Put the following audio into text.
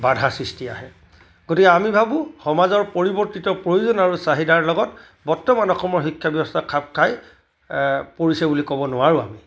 বাধা সৃষ্টি আহে গতিকে আমি ভাবোঁ সমাজৰ পৰিৱৰ্তিত প্ৰয়োজন আৰু চাহিদাৰ লগত বৰ্তমান অসমৰ শিক্ষা ব্যৱস্থা খাপ খাই পৰিছে বুলি ক'ব নোৱাৰোঁ আমি